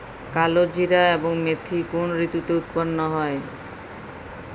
কালোজিরা এবং মেথি কোন ঋতুতে উৎপন্ন হয়?